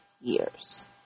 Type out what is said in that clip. years